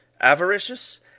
avaricious